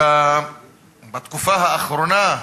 שבתקופה האחרונה,